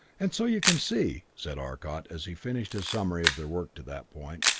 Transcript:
and so you can see, said arcot as he finished his summary of their work to that point,